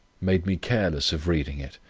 made me careless of reading it